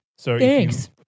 Thanks